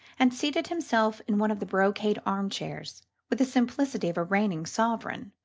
and seated himself in one of the brocade armchairs with the simplicity of a reigning sovereign.